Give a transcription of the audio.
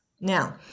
Now